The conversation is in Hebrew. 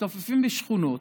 מצטופפים בשכונות,